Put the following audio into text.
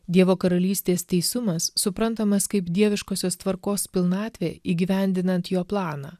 dievo karalystės teisumas suprantamas kaip dieviškosios tvarkos pilnatvė įgyvendinant jo planą